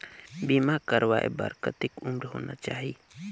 बीमा करवाय बार कतेक उम्र होना चाही?